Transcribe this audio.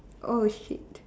!oh-shit!